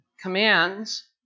commands